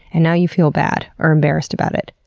and now you feel bad or embarrassed about it?